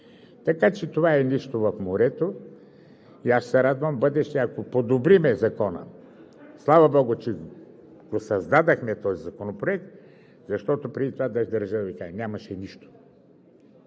Така че това е нищо в морето и аз се радвам в бъдеще, ако подобрим Закона. Слава богу, че създадохме този законопроект, защото преди това без държавата нямаше нищо.